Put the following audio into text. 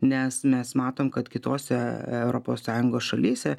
nes mes matom kad kitose europos sąjungos šalyse